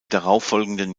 darauffolgenden